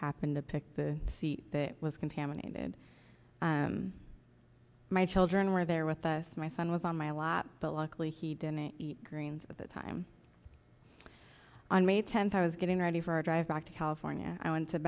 happened to pick the seat that was contaminated my children were there with us my son was on my lap but luckily he didn't eat greens of the time on may tenth i was getting ready for a drive back to california i went to